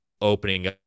opening